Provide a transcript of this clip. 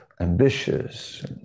ambitious